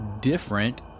different